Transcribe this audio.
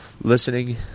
listening